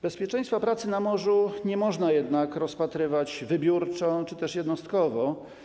Bezpieczeństwa pracy na morzu nie można jednak rozpatrywać wybiórczo czy też jednostkowo.